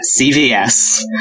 CVS